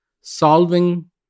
solving